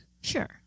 Sure